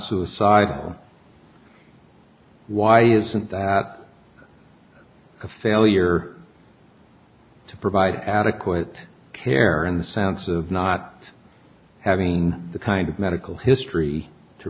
suicidal why isn't that a failure to provide adequate care in the sounds of not having the kind of medical history to